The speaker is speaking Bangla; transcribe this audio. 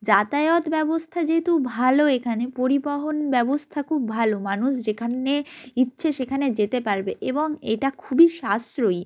যাতায়াত ব্যবস্থা যেহেতু ভালো এখানে পরিবহন ব্যবস্থা খুব ভালো মানুষ যেখানে ইচ্ছে সেখানে যেতে পারবে এবং এটা খুবই সাশ্রয়ী